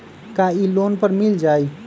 का इ लोन पर मिल जाइ?